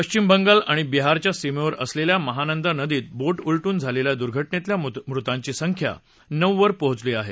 पश्चिम बंगाल आणि बिहारच्या सीमेवर असलेल्या महानंदा नदीत बोट उलटून झालेल्या दुर्घटनेतल्या मृतांची संख्या नऊवर पोचली आहे